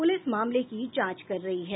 police मामले की जांच कर रही है